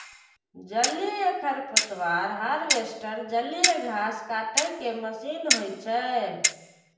जलीय खरपतवार हार्वेस्टर जलीय घास काटै के मशीन होइ छै